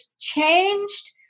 changed